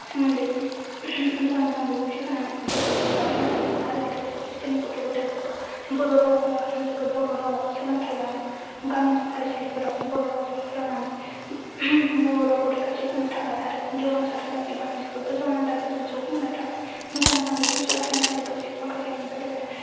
सोमोन्दै मोजां मोजां बिबुंथि होनानै हानजाखौ बे लाखिनो हायो आरो बे लोगोसे बिसोरनि गथ' गथाइफोरखौ बर' राव हानजाखौ बर' रावाआव सोलोंथाइ लानो गामिनि फरायसालिफोराव बर' रावजों फोरोंनानै बर' रावखौ रैखाथि होनो थाखाय आरो गेवलांसार होनो एबा हानजाखौ गोजौ सिम सौहै होनो थाखाय मोजां मोजां बिबुंथि लाखिनायजों लोगोसे माखासे हानजाखौबो